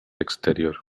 exterior